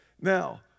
Now